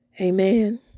Amen